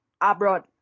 abroad